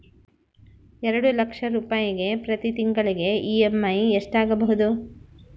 ಎರಡು ಲಕ್ಷ ರೂಪಾಯಿಗೆ ಪ್ರತಿ ತಿಂಗಳಿಗೆ ಇ.ಎಮ್.ಐ ಎಷ್ಟಾಗಬಹುದು?